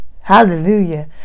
Hallelujah